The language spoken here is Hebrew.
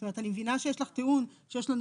זאת אומרת אני מבינה שיש לך טיעון שיש לנו